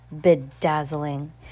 bedazzling